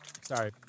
Sorry